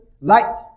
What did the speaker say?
Light